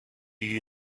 you